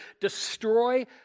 destroy